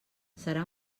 serà